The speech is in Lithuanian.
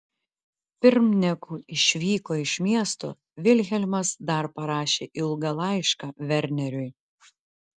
pirm negu išvyko iš miesto vilhelmas dar parašė ilgą laišką verneriui